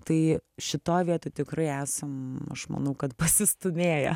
tai šitoj vietoj tikrai esam aš manau kad pasistūmėję